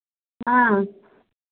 हाँ